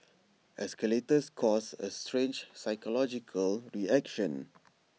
escalators cause A strange psychological reaction